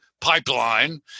pipeline